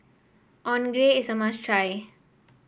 onigiri is a must try